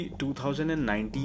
2019